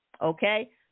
okay